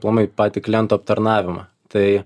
aplamai patį klientų aptarnavimą tai